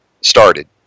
started